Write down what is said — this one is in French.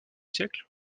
siècle